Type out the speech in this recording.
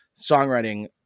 songwriting